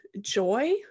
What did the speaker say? joy